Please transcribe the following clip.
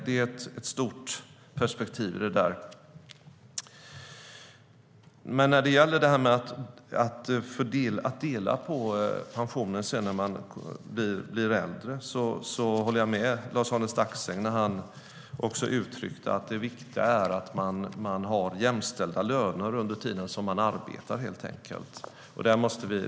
Det är ett stort perspektiv. När det gäller att dela på pensionen när man blir äldre håller jag med Lars-Arne Staxäng när han uttrycker att det viktiga är att man har jämställda löner under tiden som man arbetar.